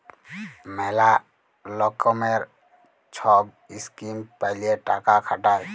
ম্যালা লকমের সহব ইসকিম প্যালে টাকা খাটায়